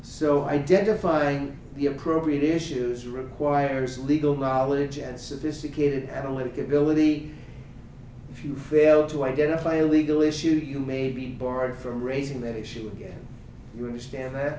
so identifying the appropriate issues requires legal knowledge and sophisticated analytic ability if you fail to identify a legal issue you may be barred from raising that issue again you understand th